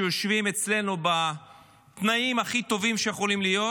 שיושבים אצלנו בתנאים הכי טובים שיכולים להיות.